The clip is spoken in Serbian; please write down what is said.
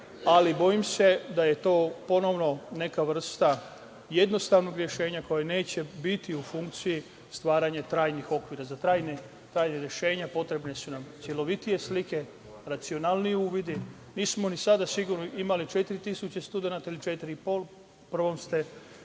ali bojim se da je to ponovo neka vrsta jednostavnog rešenja koje neće biti u funkciji stvaranja trajnih okvira. Za trajna rešenja potrebne su nam celovitije slike, racionalniji uvidi. Nismo ni sada imali 4.000 studenata ili 4.500.